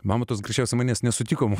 mamontovas greičiausiai manęs nesutiko